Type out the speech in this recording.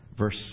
verse